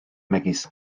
megis